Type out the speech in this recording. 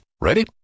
Ready